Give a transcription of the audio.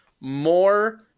more